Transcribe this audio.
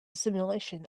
simulation